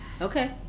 Okay